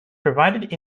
provided